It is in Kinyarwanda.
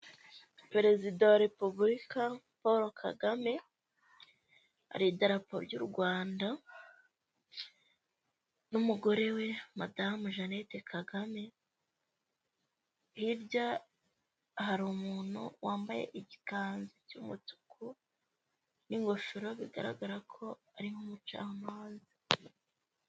Perezida wa repubulika Paul Kagame, hari idarapo ry'u Rwanda n'umugore we madamu Jeannette Kagame, hirya hari umuntu wambaye igikanzu cy'umutuku n'ingofero, bigaragara ko ari nk'umucamanza.